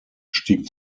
stieg